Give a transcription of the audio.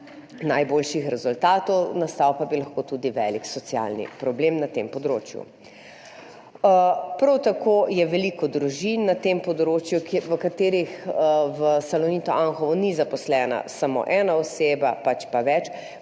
najboljših rezultatov, nastal pa bi lahko tudi velik socialni problem na tem področju. Prav tako je na tem področju veliko družin, v katerih v Salonitu Anhovo ni zaposlena samo ena oseba, pač pa več,